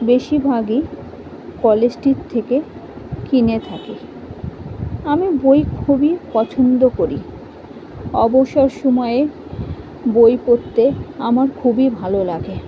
বেশিভাগই College Street থেকে কিনে থাকি আমি বই খুবই পছন্দ করি অবসর সময়ে বই পড়তে আমার খুবই ভালো লাগে